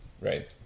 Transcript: Right